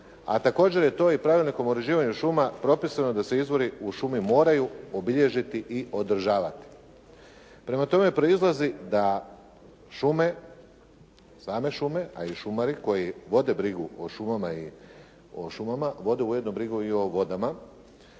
A također je to i pravilnikom o uređivanju šuma propisano da se izvori u šumi moraju obilježiti i održavati. Prema tome, proizlazi da šume, same šume, a i šumari koji vode brigu o šumama i o šumama, vode ujedno brigu i o vodama,